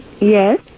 Yes